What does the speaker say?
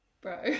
bro